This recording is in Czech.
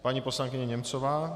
Paní poslankyně Němcová.